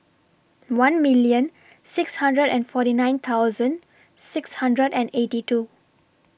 one million six hundred and forty nine thousand six hundred and eighty two